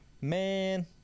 Man